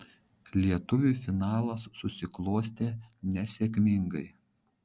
lietuviui finalas susiklostė nesėkmingai